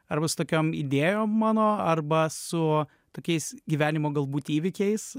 arba su tokiom idėjom mano arba su tokiais gyvenimo galbūt įvykiais